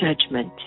Judgment